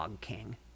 King